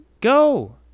Go